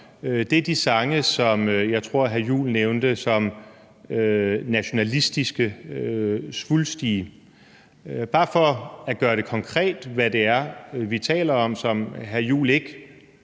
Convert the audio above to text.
er de sange, som jeg tror hr. Christian Juhl nævnte som nationalistiske og svulstige – bare for at gøre konkret, hvad det er, vi taler om, som hr. Christian